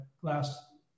glass